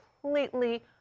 completely